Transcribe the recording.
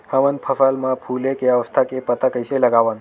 हमन फसल मा फुले के अवस्था के पता कइसे लगावन?